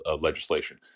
legislation